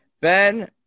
Ben